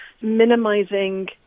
Minimising